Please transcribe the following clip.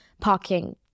parking